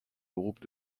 groupes